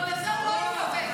לא עושים בטוויטר,